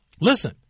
listen